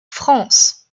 france